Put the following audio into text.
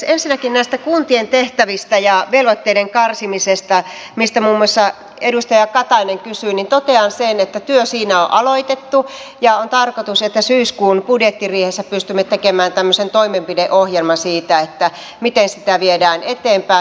ensinnäkin näistä kuntien tehtävistä ja velvoitteiden karsimisesta mistä muun muassa edustaja katainen kysyi totean sen että työ siinä on aloitettu ja on tarkoitus että syyskuun budjettiriihessä pystymme tekemään tämmöisen toimenpideohjelman siitä miten sitä viedään eteenpäin